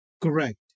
Correct